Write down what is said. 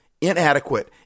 inadequate